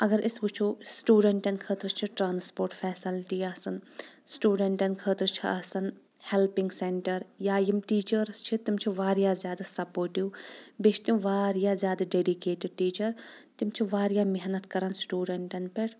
اگر أسۍ وٕچھو سِٹیوٗڈنٹن خأطرٕ چھ ٹرانسپوٹ فیسلٹی آسان سٹیوٗڈنٹن خأطر چھ آسان ہٮ۪لپِنگ سینٹر یا یِم ٹیٖچٔرس چھ تِم چھ واریاہ زیٛادٕ سپوٹو بیٚیہِ چھ تِم واریاہ زیٛادٕ ڈٮ۪ڈِکیٹِڈ ٹیٖچر تِم چھ واریاہ محنت کران سِٹیوٗڈنٛٹن پٮ۪ٹھ